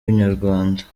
inyarwanda